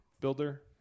builder